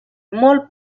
molt